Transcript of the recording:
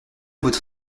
votre